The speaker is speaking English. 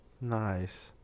Nice